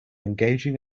engaging